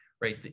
right